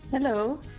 Hello